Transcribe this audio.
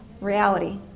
reality